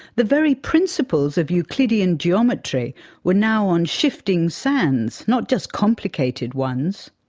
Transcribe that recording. the very principles of euclidean geometry were now on shifting sands, not just complicated ones.